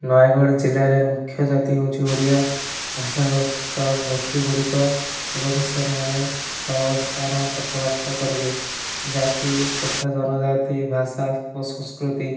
ନୟାଗଡ଼ ଜିଲ୍ଲାରେ ମୁଖ୍ୟ ଜାତି ହେଉଛି ଓଡ଼ିଆ ଭାଷାଗ୍ରସ୍ତ ଗୋଷ୍ଠୀ ଗୁଡ଼ିକ ଏବଂ ସେମାନେ ସହାବସ୍ଥାନ କଥା ବାର୍ତ୍ତା କରିବେ ଜାତି ଯଥା ଜନଜାତି ଭାଷା ଓ ସଂସ୍କୃତି